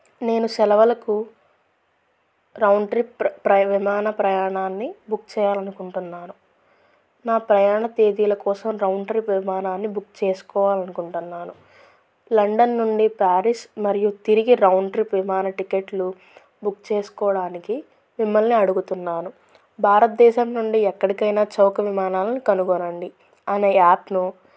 నేను సెలవలకు round trip ప్రై ప్రై విమాన ప్రయాణాన్ని బుక్ చేయాలనుకుంటున్నాను నా ప్రయాణ తేదీల కోసం రౌండ్ ట్రిప్ విమానాన్ని బుక్ చేసుకోవాలనుకుంటన్నాను లండన్ నుండి ప్యారిస్ మరియు తిరిగి రౌండ్ ట్రిప్ విమాన టిక్కెట్లు బుక్ చేస్కోడానికి మిమ్మల్ని అడుగుతున్నాను భారత్దేశం నుండి ఎక్కడికైనా చౌక విమానాలను కనుగొనండి అనే యాప్ను